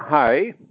Hi